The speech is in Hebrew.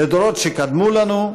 לדורות שקדמו לנו,